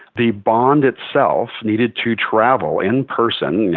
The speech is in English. the bond itself needed to travel in person,